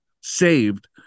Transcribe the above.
saved